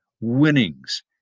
winnings